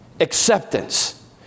acceptance